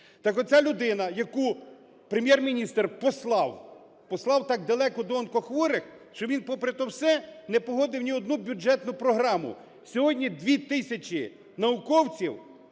Так от, ця людина, яку Прем'єр-міністр послав, послав так далеко до онкохворих, що він, попри то все, не погодив ні одну бюджетну програму. Сьогодні 2 тисячі науковців,